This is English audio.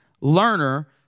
learner